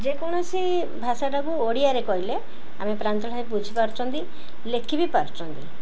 ଯେକୌଣସି ଭାଷାଟାକୁ ଓଡ଼ିଆରେ କହିଲେ ଆମେ ପ୍ରାଞ୍ଚଳ ଭାବେ ବୁଝିପାରୁଛନ୍ତି ଲେଖି ବି ପାରୁଛନ୍ତି